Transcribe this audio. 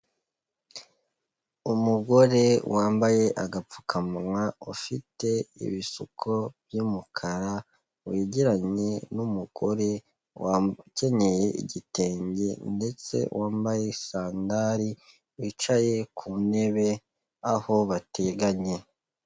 Umugore wambaye agapfukamunwa, ufite ibisuko by'umukara wegeranye n'umugore wakenyeye igitenge ndetse wambaye sandari wicaye ku ntebe aho bateganye.